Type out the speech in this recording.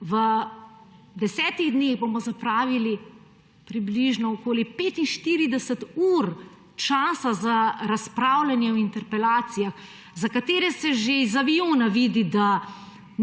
V desetih dneh bomo zapravili, približno, okoli 45 ur časa za razpravljanje o interpelacijah, za katere se že iz aviona vidi, da